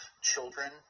children